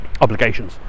obligations